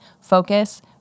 focus